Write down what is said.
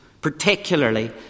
particularly